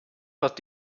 wird